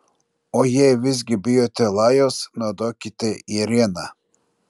o jei visgi bijote lajaus naudokite ėrieną